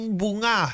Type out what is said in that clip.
bunga